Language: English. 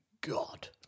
god